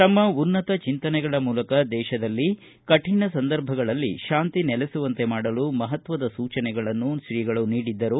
ತಮ್ಮ ಉನ್ನತ ಚಿಂತನೆಗಳ ಮೂಲಕ ದೇಶದಲ್ಲಿ ಕಠಿಣ ಸಂದರ್ಭಗಳಲ್ಲಿ ಶಾಂತಿ ನೆಲೆಸುವಂತೆ ಮಾಡಲು ಮಹತ್ವದ ಸೂಚನೆಗಳನ್ನು ನೀಡಿದ್ದರು